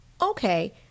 Okay